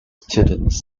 students